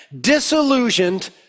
disillusioned